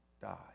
die